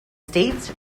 states